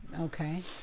Okay